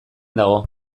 dago